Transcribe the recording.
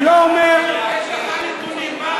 יש לך נתונים?